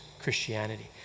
Christianity